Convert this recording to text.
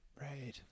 Right